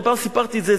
אני פעם סיפרתי את זה,